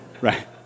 Right